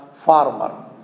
farmer